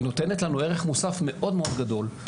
היא נותנת לנו ערך מוסף מאוד מאוד גדול.